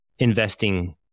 Investing